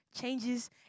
changes